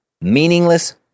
Meaningless